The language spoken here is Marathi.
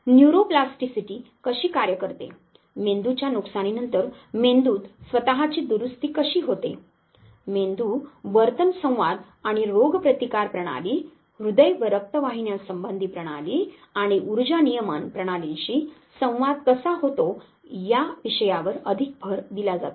न्यूरोप्लास्टिसिटी कशी कार्य करते मेंदूच्या नुकसानीनंतर मेंदूत स्वतःची दुरुस्ती कशी होते मेंदू वर्तन संवाद आणि रोगप्रतिकार प्रणाली हृदय व रक्तवाहिन्यासंबंधी प्रणाली आणि उर्जा नियमन प्रणालींशी संवाद कसा होतो या विषयावर अधिक भर दिला जातो